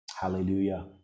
Hallelujah